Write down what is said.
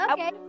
Okay